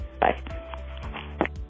Bye